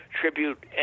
tribute